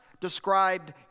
described